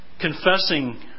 confessing